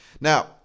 Now